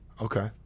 okay